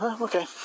okay